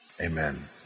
Amen